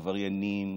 עבריינים,